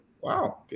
Wow